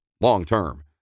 long-term